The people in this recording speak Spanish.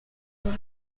sus